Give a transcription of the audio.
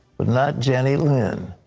but not jennalyn.